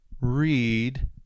read